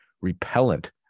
repellent